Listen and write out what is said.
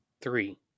Three